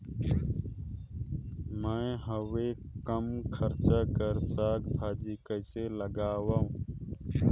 मैं हवे कम खर्च कर साग भाजी कइसे लगाव?